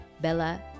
bella